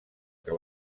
que